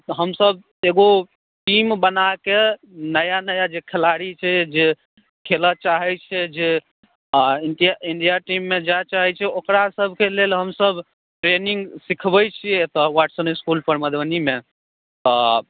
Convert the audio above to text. हमसब एगो टीम बना कए नया नया जे खेलाड़ी छै खेलऽ चाहै छै जे आ आ इण्डिया टीममे जाय चाहै छै ओकरा सबके लेल हमसब ट्रेनिंग सिखबै छियै एतऽ वाटसन इसकूल मधुबनीमे आ